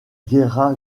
guerra